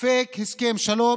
פייק הסכם שלום.